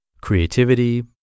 creativity